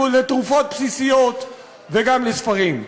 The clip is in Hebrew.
לתרופות בסיסיות וגם לספרים.